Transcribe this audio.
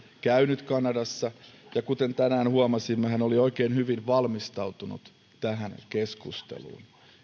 käynyt kanadassa ja kuten tänään huomasimme hän oli oikein hyvin valmistautunut tähän keskusteluun